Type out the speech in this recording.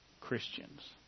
Christians